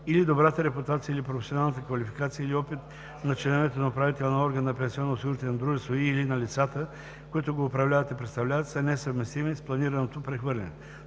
или добрата репутация или професионалната квалификация или опит на членовете на управителния орган на пенсионноосигурителното дружество и/или на лицата, които го управляват и представляват, са несъвместими с планираното прехвърляне;